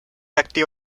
activo